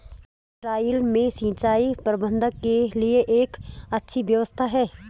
Israel में सिंचाई प्रबंधन के लिए एक अच्छी व्यवस्था है